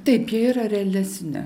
taip jie yra realesni